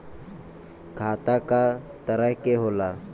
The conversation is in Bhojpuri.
खाता क तरह के होला?